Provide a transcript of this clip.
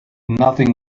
nothing